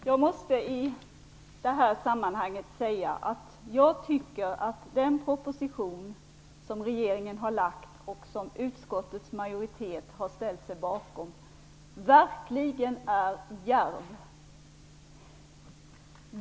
Fru talman! Jag måste i det här sammanhanget säga att jag tycker att den proposition som regeringen har lagt fram och som utskottets majoritet har ställt sig bakom verkligen är djärv.